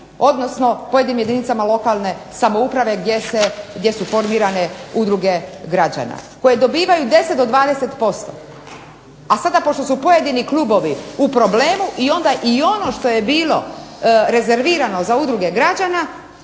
odnosno pojedinim jedinicama lokalne samouprave, gdje su formirane udruge građana, koje dobivaju 10 do 20%, a sada pošto su pojedini klubovi u problemu i onda i ono što je bilo rezervirano za udruge građana